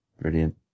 brilliant